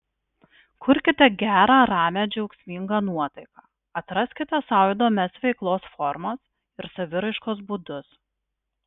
kurkite gerą ramią džiaugsmingą nuotaiką atraskite sau įdomias veiklos formas ir saviraiškos būdus